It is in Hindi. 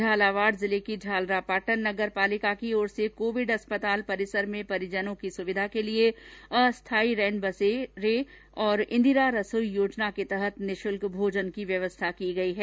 झालावाड़ जिले झालरापाटन नगरपालिका की ओर से कोविड अस्पताल परिसर में परिजनों की सुविधा के लिए अस्थाई रैन बसरे और इंदिरा रसाई योजना के तहत निःशुल्क भोजन की व्यवस्था की गई है